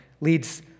leads